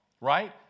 Right